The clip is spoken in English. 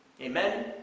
Amen